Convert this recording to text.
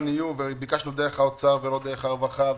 יהיו וביקשנו דרך האוצר ולא דרך הרווחה,